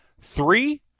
Three